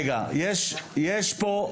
רגע יש פה,